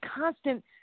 constant